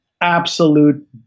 absolute